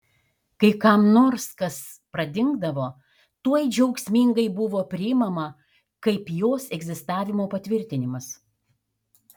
kai kam nors kas pradingdavo tuoj džiaugsmingai buvo priimama kaip jos egzistavimo patvirtinimas